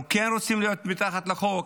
אנחנו כן רוצים להיות מתחת לחוק.